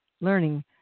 learning